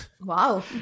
Wow